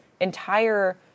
entire